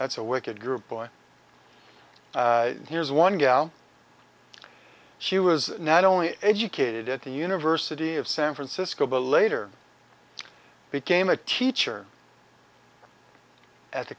that's a wicked group boy here's one gal she was not only educated at the university of san francisco but later became a teacher at the